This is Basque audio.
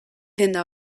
denda